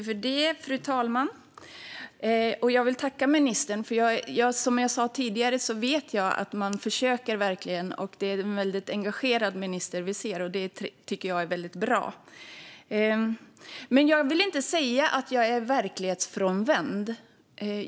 Fru talman! Jag vill tacka ministern, för som jag sa tidigare vet jag att man verkligen försöker. Det är en väldigt engagerad minister vi ser, och det tycker jag är bra. Jag vill dock inte säga att jag är verklighetsfrånvänd.